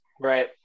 Right